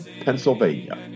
Pennsylvania